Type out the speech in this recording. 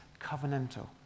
covenantal